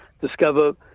discover